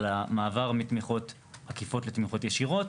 על המעבר מתמיכות עקיפות לתמיכות ישירות.